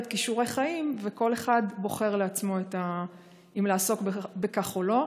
כישורי חיים וכל אחד בוחר לעצמו אם לעסוק בכך או לא.